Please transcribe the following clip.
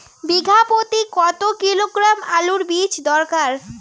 বিঘা প্রতি কত কিলোগ্রাম আলুর বীজ দরকার?